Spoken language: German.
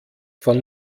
von